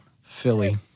Philly